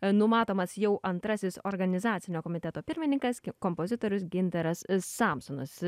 numatomas jau antrasis organizacinio komiteto pirmininkas kompozitorius gintaras samsonas